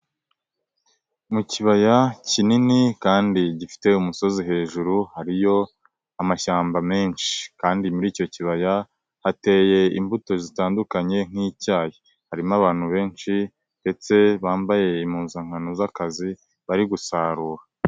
Mu kibaya kinini kandi gifite umusozi hejuru, hariyo amashyamba menshi kandi muri icyo kibaya hateye imbuto zitandukanye nk'icyayi. Harimo abantu benshi ndetse bambaye impuzankano z'akazi bari gusarura.